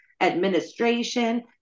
Administration